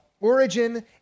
origin